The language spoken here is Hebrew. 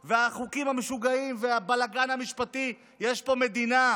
החוקים המשוגעים והבלגן המשפטי, יש פה מדינה.